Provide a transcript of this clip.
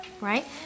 right